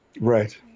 right